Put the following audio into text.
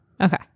Okay